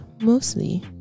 mostly